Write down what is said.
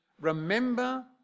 remember